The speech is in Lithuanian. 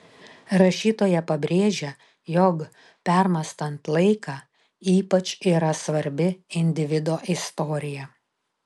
rašytoja pabrėžia jog permąstant laiką ypač yra svarbi individo istorija